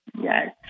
Yes